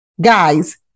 Guys